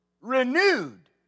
renewed